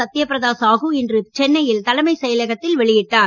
சத்யபிரதா சாகு இன்று சென்னையில் தலைமை செயலகத்தில் வெளியிட்டார்